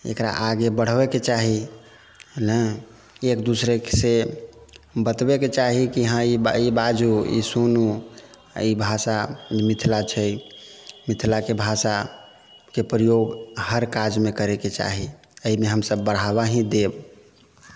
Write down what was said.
एकरा आगे बढ़ाबैके चाही हे नहि एक दोसरासँ बतबैके चाही कि हाँ ई बाजू ई सुनू ई भाषा मिथिला छै मिथिलाके भाषाके प्रयोग हर काजमे करैके चाही अइमे हमसभ बढ़ाबा ही देब